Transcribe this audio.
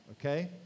okay